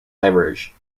diverge